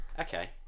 okay